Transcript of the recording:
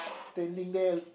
standing there